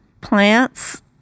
plants